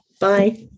Bye